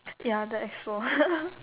ya the expo